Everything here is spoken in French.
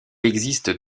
existe